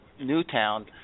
Newtown